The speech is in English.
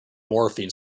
morphine